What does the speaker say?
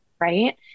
right